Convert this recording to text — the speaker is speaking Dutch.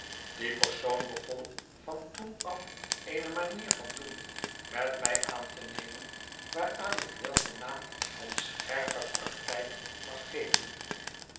die persoon begon van toen af eene manier van doen met mij aan te nemen waaraan ik wél den naam van scherpe practijk mag geven